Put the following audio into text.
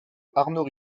arnaud